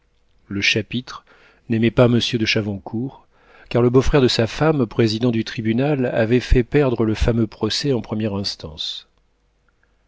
le chapitre n'aimait pas monsieur de chavoncourt car le beau-frère de sa femme président du tribunal avait fait perdre le fameux procès en première instance